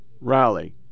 rally